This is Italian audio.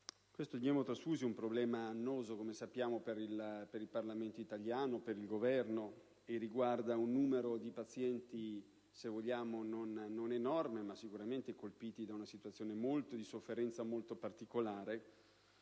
quello degli emotrasfusi è un problema annoso - come sappiamo - per il Parlamento italiano, per il Governo, e riguarda un numero di pazienti, se vogliamo, non enorme, ma sicuramente colpiti da una situazione di sofferenza molto particolare,